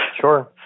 Sure